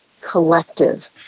collective